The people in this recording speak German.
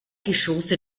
geschosse